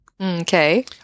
Okay